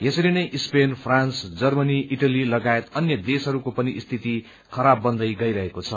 यसरी नै Spain France Germany Italy लगायत अन्य देशहरूको पनि स्थिति खराब बन्दै गइरहेको छ